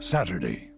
Saturday